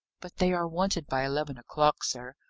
but they are wanted by eleven o'clock, sir,